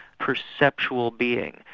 perceptual being.